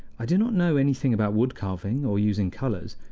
i do not know anything about wood-carving or using colors,